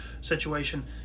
situation